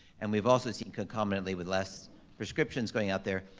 and we've also seen concomitantly with less prescriptions going out there,